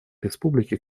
республики